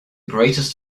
greatest